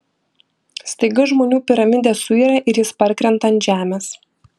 staiga žmonių piramidė suyra ir jis parkrenta ant žemės